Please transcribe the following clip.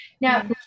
now